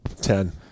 Ten